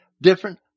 different